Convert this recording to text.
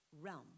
realm